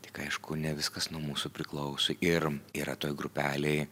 tik aišku ne viskas nuo mūsų priklauso ir yra toj grupelėj